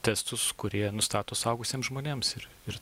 testus kurie nustato suaugusiems žmonėms ir ir